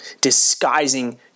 disguising